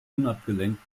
unabgelenkt